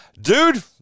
Dude